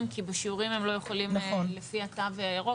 כי בשיעורים הם לא יכולים לפי התו הירוק.